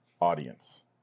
audience